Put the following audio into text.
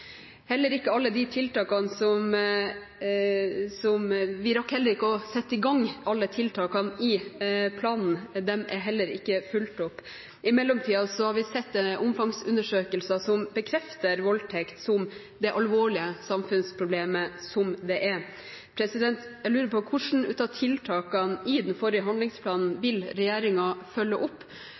Vi rakk heller ikke å sette i gang alle tiltakene i planen, og de er heller ikke fulgt opp. I mellomtiden har vi sett omfangsundersøkelser som bekrefter voldtekt som det alvorlige samfunnsproblemet som det er. Jeg lurer på: Hvilke av tiltakene i den forrige handlingsplanen vil regjeringen følge opp,